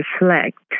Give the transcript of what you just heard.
reflect